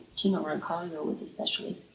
teno roncalio was especially